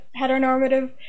heteronormative